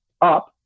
up